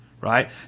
right